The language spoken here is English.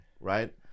right